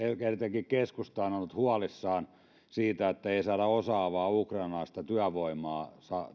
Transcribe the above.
etenkin keskusta on ollut huolissaan siitä että ei saada osaavaa ukrainalaista työvoimaa